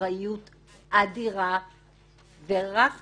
אחרים שהממשלה והקואליציה הזאת קידמה,